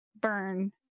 burn